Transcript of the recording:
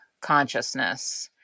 consciousness